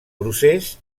procés